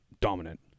dominant